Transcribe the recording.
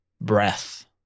breath